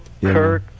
kirk